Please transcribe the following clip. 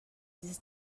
this